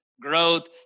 growth